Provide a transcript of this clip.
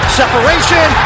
separation